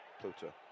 Pluto